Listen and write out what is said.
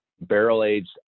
barrel-aged